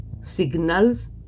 signals